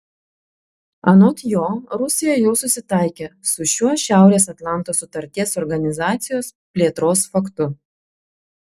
anot jo rusija jau susitaikė su šiuo šiaurės atlanto sutarties organizacijos plėtros faktu